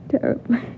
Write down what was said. terribly